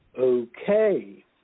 Okay